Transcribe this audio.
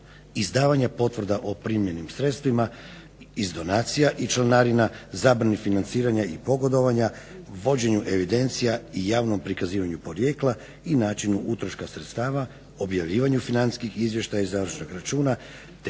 izdavanje potvrda o primljenim sredstvima iz donacija i članarina zabrani financiranja i pogodovanja, vođenju evidencija i javnom prikazivanju porijekla i načinu utroška sredstava objavljivanju financijskih izvještaja i završenog računa